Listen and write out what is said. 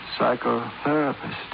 psychotherapist